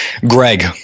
Greg